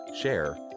share